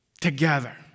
together